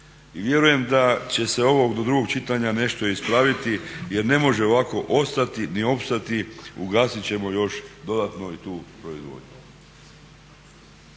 I vjerujem da će se ovo do drugog čitanja nešto ispraviti jer ne može ovako ostati ni opstati, ugasit ćemo još dodatno i tu proizvodnju.